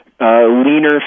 leaner